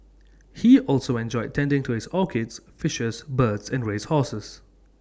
he also enjoyed tending to his orchids fishes birds and race horses